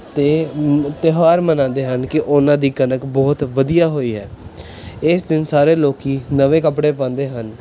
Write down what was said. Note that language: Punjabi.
ਅਤੇ ਤਿਉਹਾਰ ਮਨਾਉਂਦੇ ਹਨ ਕਿ ਉਹਨਾਂ ਦੀ ਕਣਕ ਬਹੁਤ ਵਧੀਆ ਹੋਈ ਹੈ ਇਸ ਦਿਨ ਸਾਰੇ ਲੋਕ ਨਵੇਂ ਕੱਪੜੇ ਪਾਉਂਦੇ ਹਨ